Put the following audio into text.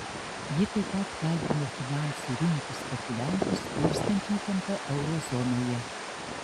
ji taip pat kaltino finansų rinkų spekuliantus kurstant įtampą euro zonoje